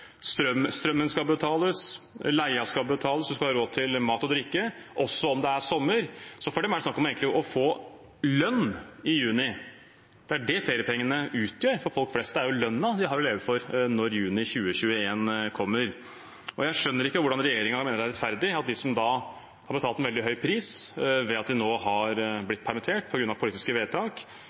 strømmen og leien skal betales, man skal ha råd til mat og drikke, også om det er sommer. For dem er det egentlig snakk om å få lønn i juni. Det er det feriepengene utgjør for folk flest. Det er lønnen de har å leve for når juni 2021 kommer. Jeg skjønner ikke hvordan regjeringen mener det er rettferdig at de som har betalt en veldig høy pris ved at de har blitt permittert på grunn av politiske vedtak,